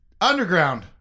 Underground